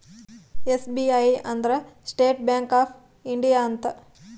SBI ಅಂದ್ರ state bank of India ಅಂತ